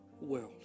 world